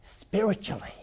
spiritually